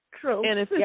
True